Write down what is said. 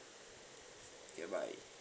okay bye